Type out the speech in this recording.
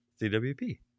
CWP